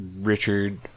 Richard